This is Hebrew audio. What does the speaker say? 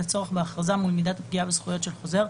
הצורך בהכרזה מול מידת הפגיעה בזכויות של חוזר,